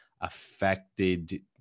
affected